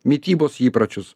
mitybos įpročius